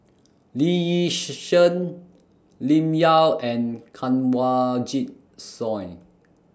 Lee Yi Shyan Lim Yau and Kanwaljit Soin